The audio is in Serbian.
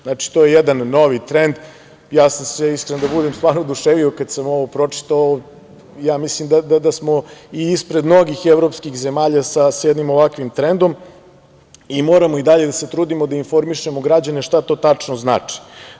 Znači, to je jedan novi trend, ja sam se iskren da budem stvarno oduševio kad sam ovo pročitao, mislim da smo ispred mnogih evropskih zemalja sa jednim ovakvim trendom i moramo i dalje da se trudimo da informišemo građane šta to tačno znači.